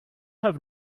have